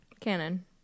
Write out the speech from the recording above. Canon